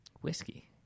Whiskey